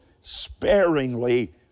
sparingly